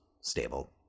stable